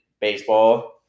baseball